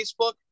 Facebook